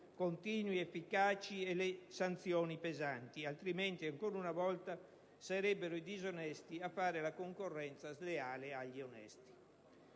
continui, efficaci e le sanzioni pesanti, altrimenti ancora una volta sarebbero i disonesti a fare la concorrenza sleale agli onesti.